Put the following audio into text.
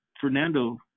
Fernando